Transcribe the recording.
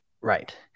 Right